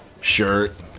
shirt